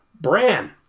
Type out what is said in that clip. Bran